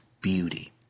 beauty